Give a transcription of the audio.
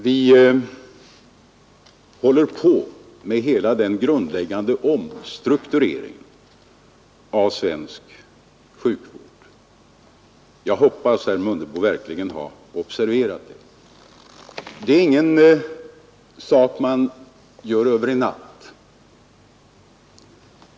Vi håller på med den grundläggande omstruktureringen av svensk sjukvård — jag hoppas att herr Mundebo verkligen har observerat det — och det är ingen sak man gör över en natt.